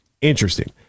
Interesting